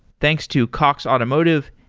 thanks to cox automotive,